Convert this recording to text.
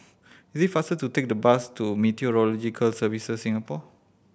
it is faster to take the bus to Meteorological Services Singapore